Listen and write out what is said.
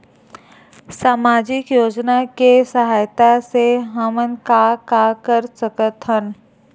सामजिक योजना के सहायता से हमन का का कर सकत हन?